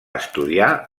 estudiar